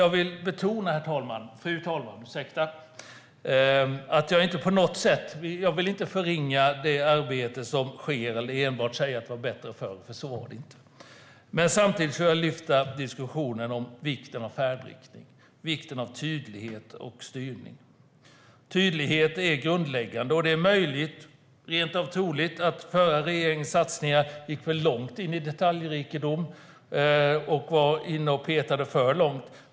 Jag vill betona att jag inte på något sätt vill förringa det arbete som sker eller enbart säga att det var bättre förr, för det var det inte. Men samtidigt vill jag lyfta fram diskussionen om vikten av färdriktning och vikten av tydlighet och styrning. Tydlighet är grundläggande. Det är möjligt och rent av troligt att den förra regeringens satsningar gick för långt in i detaljrikedom och var inne och petade för mycket.